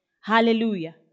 Hallelujah